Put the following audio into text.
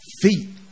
feet